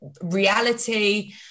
reality